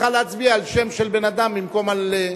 והכנסת צריכה להצביע על שם של בן-אדם במקום על שיטה.